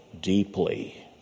deeply